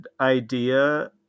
idea